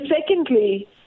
secondly